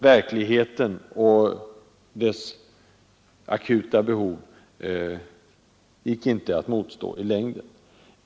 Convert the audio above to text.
Verkligheten och dess akuta behov gick inte att motstå i längden.